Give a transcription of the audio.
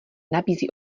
nabízí